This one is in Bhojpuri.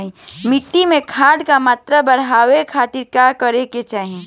माटी में खाद क मात्रा बढ़ावे खातिर का करे के चाहीं?